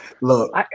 Look